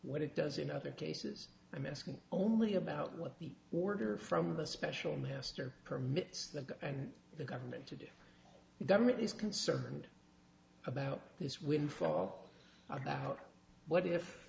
what it does in other cases i'm asking only about what the order from the special master permits of the government to do the government is concerned about this windfall about what if